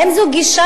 האם זו גישה?